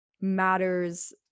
matters